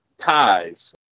ties